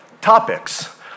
topics